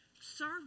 Serve